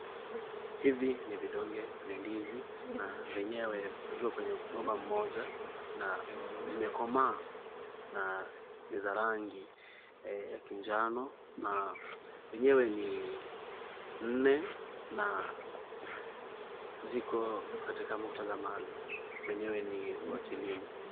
Hivi ni vidonge vya ndizi na vyenyewe viko kwenye mgomba mmoja na zimekomaa na ni za rangi ya kinjano na zenyewe ni nne na ziko katika muktadha maalum wenyewe ni wa kilimo.